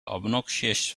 obnoxious